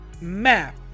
map